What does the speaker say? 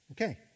Okay